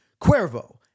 Cuervo